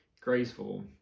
graceful